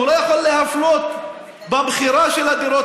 הוא לא יכול להפלות במכירה של הדירות